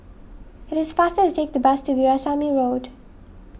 it is faster to take the bus to Veerasamy Road